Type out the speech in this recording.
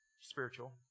spiritual